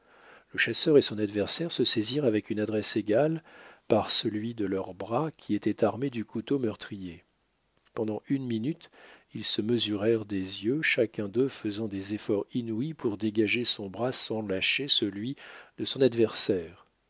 le chasseur et son adversaire se saisirent avec une adresse égale par celui de leurs bras qui était armé du couteau meurtrier pendant une minute ils se mesurèrent des yeux chacun d'eux faisant des efforts inouïs pour dégager son bras sans lâcher celui de son adversaire